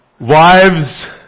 Wives